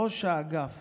ראש האגף